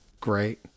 Great